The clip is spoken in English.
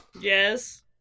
Yes